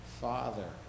Father